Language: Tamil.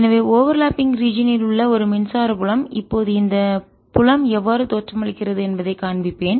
எனவேஓவர்லாப்பிங் ஒன்றுடன் ஒன்று ரீஜியன் உள்ள ஒரு மின்சார புலம் இப்போது இந்த புலம் எவ்வாறு தோற்றமளிக்கிறது என்பதைக் காண்பிப்பேன்